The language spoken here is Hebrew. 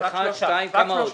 רק שלוש נקודות.